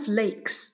lakes